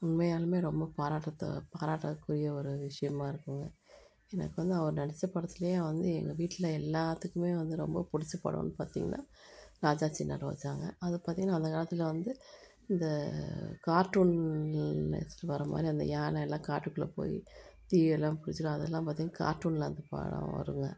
உண்மையாலுமே ரொம்ப பாராட்டத்த பாராட்டக்கூடிய ஒரு விஷயமா இருக்குங்க எனக்கு வந்து அவர் நடித்த படத்திலே வந்து எங்கள் வீட்டில் எல்லாத்துக்குமே வந்து ரொம்ப பிடிச்ச படம்னு பார்த்தீங்கன்னா ராஜ சின்ன ரோஜாங்க அது பார்த்தீங்கன்னா அந்த காலத்தில் வந்து இந்த கார்ட்டூனில் வர்ற மாதிரி அந்த யானையெலாம் காட்டுக்குள்ளே போய் தீயெல்லாம் பிடிச்சிடும் அதெல்லாம் பார்த்தீங்கன்னா கார்ட்டூனில் அந்த படம் வருங்க